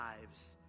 lives